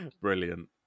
brilliant